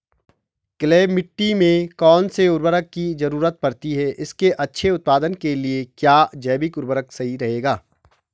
Clay मिट्टी में कौन से उर्वरक की जरूरत पड़ती है इसके अच्छे उत्पादन के लिए क्या जैविक उर्वरक सही रहेगा?